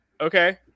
okay